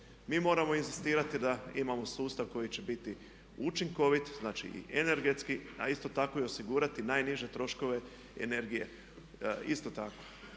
Mi moramo inzistirati da imamo sustav koji će biti učinkovit, znači i energetski, a isto tako i osigurati najniže troškove energije. Isto tako